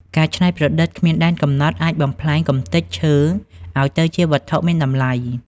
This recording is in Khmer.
ការច្នៃប្រឌិតគ្មានដែនកំណត់អាចបំប្លែងកម្ទេចឈើឱ្យទៅជាវត្ថុមានតម្លៃ។